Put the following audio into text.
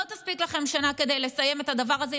לא תספיק לכם שנה כדי לסיים את הדבר הזה,